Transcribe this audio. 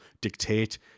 dictate